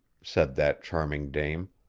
said that charming dame,